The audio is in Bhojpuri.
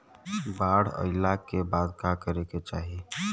बाढ़ आइला के बाद का करे के चाही?